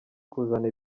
kuzana